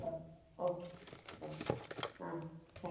ಹಾಂ okay bye ಹಾಂ